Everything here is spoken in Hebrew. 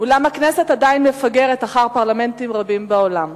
אולם הכנסת עדיין מפגרת אחרי פרלמנטים רבים בעולם.